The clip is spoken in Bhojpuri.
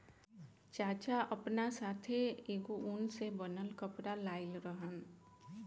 चाचा आपना साथै एगो उन से बनल कपड़ा लाइल रहन